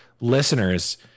listeners